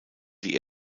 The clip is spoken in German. die